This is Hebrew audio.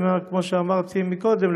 כמו שאמרתי קודם,